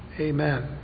amen